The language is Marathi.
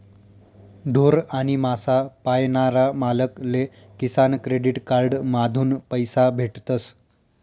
ढोर आणि मासा पायनारा मालक ले किसान क्रेडिट कार्ड माधून पैसा भेटतस